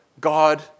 God